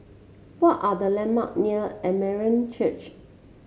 what are the landmark near Armenian Church